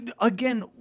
Again